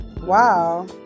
Wow